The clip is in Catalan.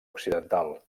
occidental